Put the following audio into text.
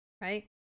Right